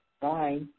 Bye